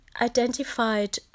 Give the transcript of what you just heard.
identified